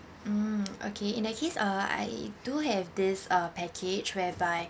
mm okay in that case uh I do have this uh package whereby